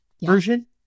version